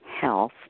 health